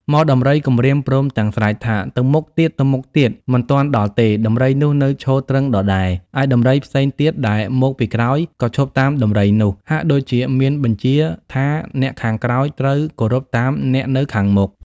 ហ្មដំរីគំរាមព្រមទាំងស្រែកថា ទៅមុខទៀតៗ! មិនទាន់ដល់ទេ! ដំរីនោះនៅឈរទ្រឹងដដែល ឯដំរីផ្សេងទៀតដែលមក ពីក្រោយក៏ឈប់តាមដំរីនោះ ហាក់ដូចជាមានបញ្ជាថាអ្នកខាងក្រោយត្រូវ គោរពតាមអ្នកនៅខាងមុខ ។